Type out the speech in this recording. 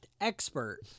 expert